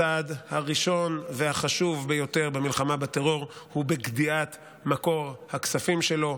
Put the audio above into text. הצעד הראשון והחשוב ביותר במלחמה בטרור הוא גדיעת מקור הכספים שלו,